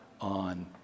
on